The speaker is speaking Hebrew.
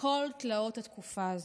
כל תלאות התקופה הזו.